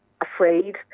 afraid